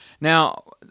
Now